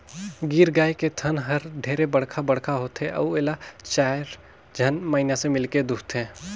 गीर गाय के थन हर ढेरे बड़खा बड़खा होथे अउ एला चायर झन मइनसे मिलके दुहथे